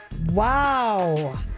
Wow